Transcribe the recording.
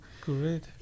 Great